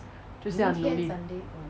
就是要努力